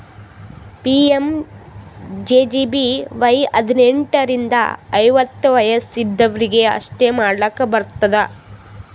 PMJJBY ಹದ್ನೆಂಟ್ ರಿಂದ ಐವತ್ತ ವಯಸ್ ಇದ್ದವ್ರಿಗಿ ಅಷ್ಟೇ ಮಾಡ್ಲಾಕ್ ಬರ್ತುದ